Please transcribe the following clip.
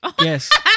Yes